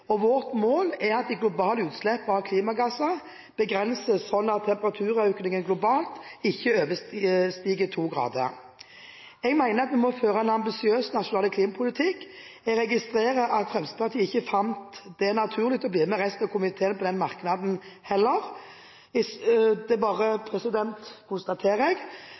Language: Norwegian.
og vårt mål er at de globale utslippene av klimagasser begrenses, sånn at temperaturøkningen globalt ikke overstiger 2 grader. Jeg mener at vi må føre en ambisiøs, nasjonal klimapolitikk. Jeg registrerer at Fremskrittspartiet ikke fant det naturlig å bli med resten av komiteen på den merknaden heller – det bare konstaterer jeg.